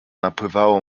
napływało